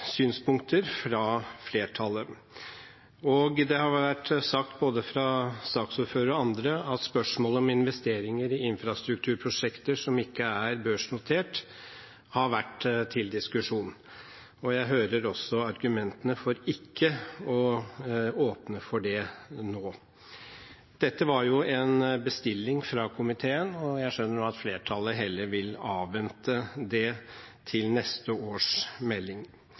synspunkter fra flertallet. Det har vært sagt både fra saksordføreren og andre at spørsmålet om investeringer i infrastrukturprosjekter som ikke er børsnotert, har vært til diskusjon, og jeg hører også argumentene for ikke å åpne for det nå. Dette var jo en bestilling fra komiteen, og jeg skjønner at flertallet heller vil avvente det til neste års melding.